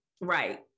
Right